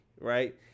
right